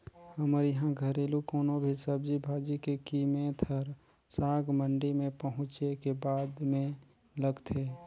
हमर इहां घरेलु कोनो भी सब्जी भाजी के कीमेत हर साग मंडी में पहुंचे के बादे में लगथे